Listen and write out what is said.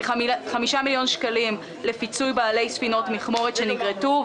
כ-5 מיליון שקלים לפיצוי בעלי ספינות מכמורת שנגרטו,